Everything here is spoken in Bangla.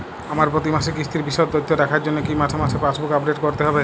আমার প্রতি মাসের কিস্তির বিশদ তথ্য রাখার জন্য কি মাসে মাসে পাসবুক আপডেট করতে হবে?